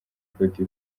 cote